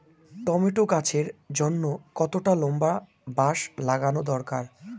Tomato গাছের জন্যে কতটা লম্বা বাস লাগানো দরকার?